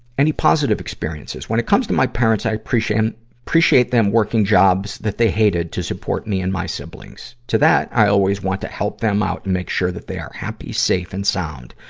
any positive experiences? when it comes to my parents, i appreciate appreciate them working jobs that they hated to support me and my siblings. to that, i always want to help them out and make sure that they are happy, safe, and sound.